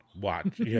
watch